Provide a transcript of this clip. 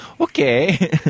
Okay